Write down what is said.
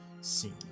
scene